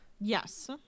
yes